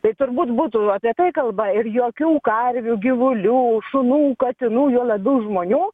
tai turbūt būtų apie tai kalba ir jokių karvių gyvulių šunų katinų juo labiau žmonių